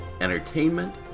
entertainment